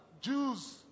Jews